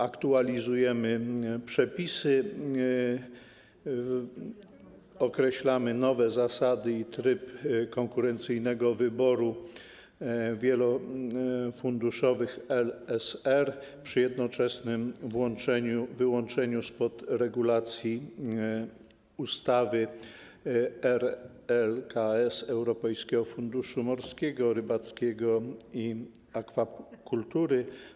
Aktualizujemy przepisy, określamy nowe zasady i tryb konkurencyjnego wyboru wielofunduszowych LSR przy jednoczesnym wyłączeniu spod regulacji ustawy o RLKS Europejskiego Funduszu Morskiego, Rybackiego i Akwakultury.